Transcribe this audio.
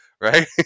right